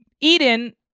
Eden